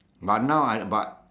but now I but